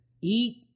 Eat